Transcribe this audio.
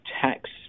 tax